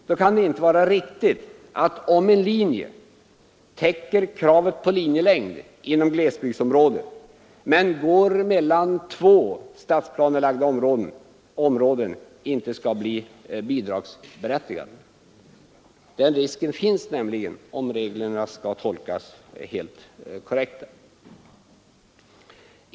Det kan inte vara riktigt att en linje, som täcker kravet på linjelängd inom glesbygdsområde men går mellan två stadsplanelagda områden, inte skall vara bidragsberättigad. Den risken finns nämligen om reglerna skall tolkas korrékt.